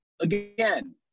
again